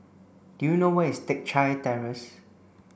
do you know where is Teck Chye Terrace